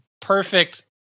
perfect